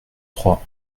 trois